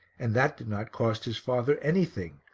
and that did not cost his father anything,